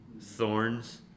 thorns